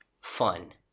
fun